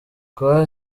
kuba